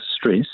stress